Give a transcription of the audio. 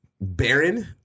Baron